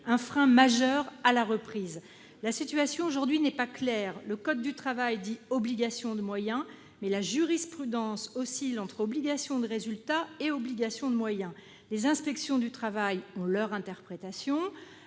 un frein majeur à la reprise. Aujourd'hui, la situation n'est pas claire : le code du travail parle d'obligation de moyens, mais la jurisprudence oscille entre obligation de résultat et obligation de moyens. Les inspections du travail ont leur interprétation,